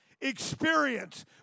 experience